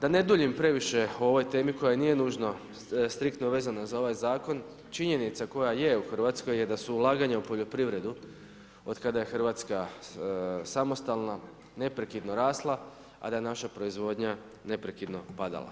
Da ne duljim previše o ovoj temi koja nije nužno, striktno vezana za ovaj zakon činjenica koja je u Hrvatskoj je da su ulaganja u poljoprivredu od kada je Hrvatska samostalna neprekidno rasla, a da je naša proizvodnja neprekidno padala.